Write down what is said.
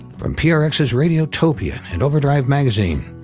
from prx's radiotopia and overdrive magazine,